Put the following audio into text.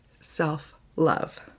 self-love